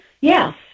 Yes